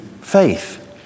faith